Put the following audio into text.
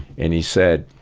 and he said,